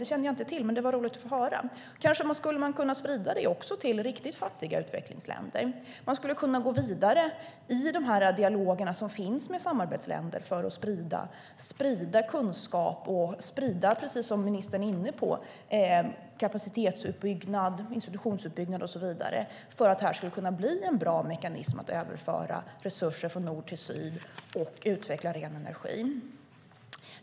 Det kände jag inte till, men det var roligt att få höra om det. Kanske skulle man kunna sprida det också till riktigt fattiga utvecklingsländer. Man skulle kunna gå vidare i de dialoger som finns med samarbetsländer för att sprida kunskap och sprida, precis som ministern är inne på, det här med kapacitetsuppbyggnad, institutionsuppbyggnad och så vidare för att det här skulle kunna bli en bra mekanism för att överföra resurser från nord till syd och utveckla ren energi.